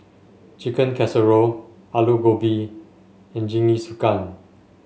Chicken Casserole Alu Gobi and Jingisukan